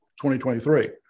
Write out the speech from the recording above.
2023